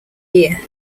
year